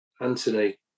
anthony